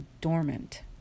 dormant